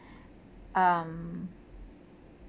um